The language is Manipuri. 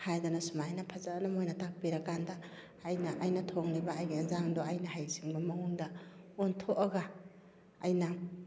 ꯍꯥꯏꯗꯅ ꯁꯨꯃꯥꯏꯅ ꯐꯖꯅ ꯃꯣꯏꯅ ꯇꯥꯛꯄꯤꯔ ꯀꯥꯟꯗ ꯑꯩꯅ ꯑꯩꯅ ꯊꯣꯡꯉꯤꯕ ꯑꯩꯒꯤ ꯍꯦꯟꯖꯥꯡꯗꯣ ꯑꯩꯅ ꯍꯩꯁꯤꯡꯕ ꯃꯑꯣꯡꯗ ꯑꯣꯟꯊꯣꯛꯑꯒ ꯑꯩꯅ